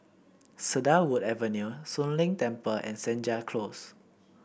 Cedarwood Avenue Soon Leng Temple and Senja Close